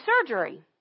surgery